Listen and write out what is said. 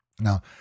now